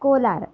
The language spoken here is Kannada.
ಕೋಲಾರ